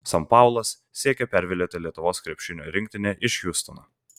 san paulas siekia pervilioti lietuvos krepšinio rinktinę iš hjustono